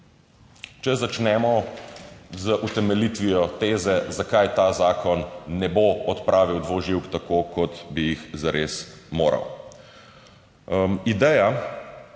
Če začnemo z utemeljitvijo teze, zakaj ta zakon ne bo odpravil dvoživk tako, kot bi jih zares moral. Ideja